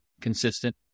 consistent